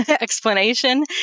explanation